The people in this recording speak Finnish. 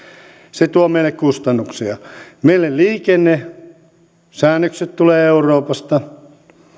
se tuo meille kustannuksia meille liikennesäännökset tulevat euroopasta